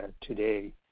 today